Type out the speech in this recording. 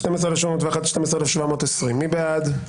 12,641 עד 12,660, מי בעד?